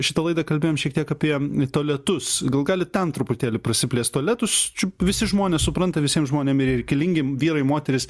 šitą laidą kalbėjom šiek tiek apie tualetus gal galit ten truputėlį prasiplėst tualetus visi žmonės supranta visiem žmonėm ir jie reikalingi vyrai moterys